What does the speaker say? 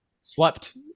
slept